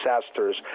disasters